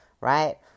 right